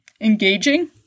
Engaging